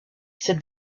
cette